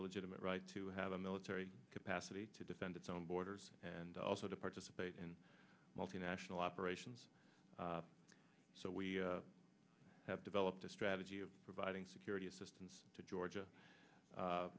a legitimate right to have a military capacity to defend its own borders and also to participate in multi national operations so we have developed a strategy of providing security assistance to georgia